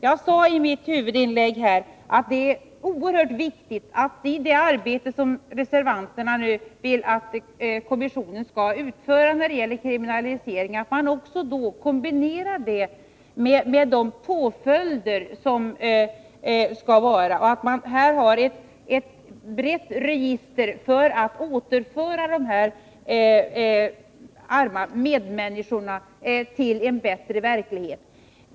Jag sade i mitt huvudinlägg här att det är oerhört viktigt att det arbete som reservanterna vill att kommissionen skall utföra i kriminaliseringssyfte också inkluderar de påföljder som skall utdömas. Man har ett brett register för åtgärder som kan återföra de arma medmänniskorna till en bättre verklighet.